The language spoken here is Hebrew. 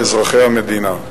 על אזרחי המדינה.